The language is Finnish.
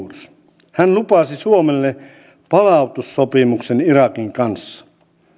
astrid thors hän lupasi suomelle palautussopimuksen irakin kanssa